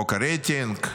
חוק הרייטינג,